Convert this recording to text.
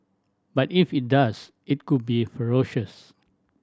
but if it does it could be ferocious